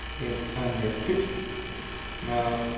it's under fixture now